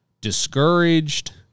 discouraged